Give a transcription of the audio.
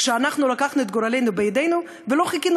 כשאנחנו לקחנו את גורלנו בידינו ולא חיכינו